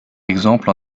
exemple